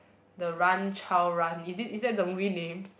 the run child run is it is that the movie name